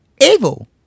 evil